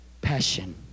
Passion